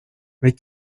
mais